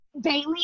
Bailey